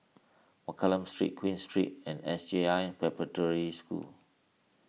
Mccallum Street Queen Street and S J I Preparatory School